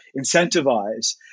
incentivize